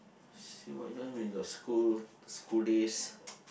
see what you have in your school school days